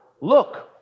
look